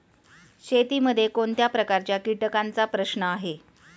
शेतीमध्ये कोणत्या प्रकारच्या कीटकांचा प्रश्न आहे?